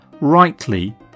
rightly